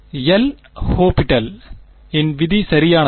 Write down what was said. மாணவர் L'Hopital இன் விதி சரியானது